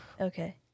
Okay